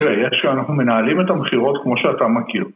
‫תראה, איך שאנחנו מנהלים את המכירות ‫כמו שאתה מכיר.